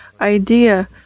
idea